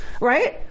Right